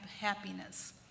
happiness